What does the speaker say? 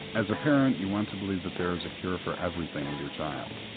as a parent you want to believe that there is a cure for everything with your child.